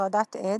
הטרדת עד,